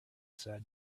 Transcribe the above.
said